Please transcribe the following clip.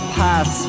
pass